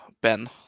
Ben